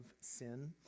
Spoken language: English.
sin